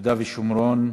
ביהודה ושומרון.